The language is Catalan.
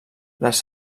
les